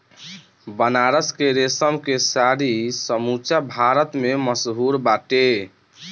बनारस के रेशम के साड़ी समूचा भारत में मशहूर बाटे